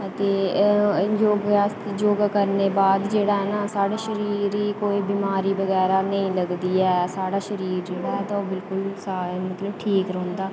ते योगा करने दे बाद ना साढ़ा शरीर ई कोई बमारी बगैरा नेईं लगदी ऐ ते साढ़ा शरीर जेह्ड़ा ओह् बिल्कुल ठीक रौंह्दा